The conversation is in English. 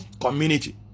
community